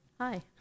Hi